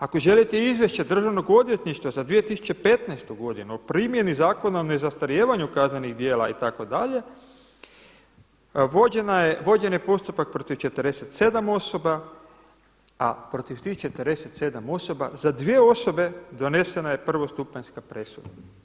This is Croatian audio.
Ako želite izvješće Državnog odvjetništva za 2015. godinu o primjeni Zakona o nezastarijevanju kaznenih djela itd. vođen je postupak protiv 47 osoba, a protiv tih 47 osoba za dvije osobe donesena je prvostupanjska presuda.